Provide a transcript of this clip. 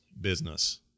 business